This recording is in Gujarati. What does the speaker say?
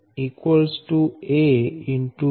Vbc a